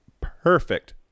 perfect